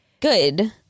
Good